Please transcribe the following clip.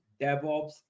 DevOps